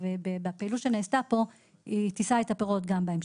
ובפעילות שנעשתה פה יישאו את הפירות גם בהמשך.